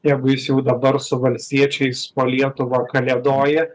jeigu jis jau dabar su valstiečiais po lietuvą kalėdoja